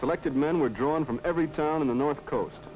selected men were drawn from every town in the north coast